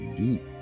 deep